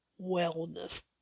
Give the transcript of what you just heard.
wellness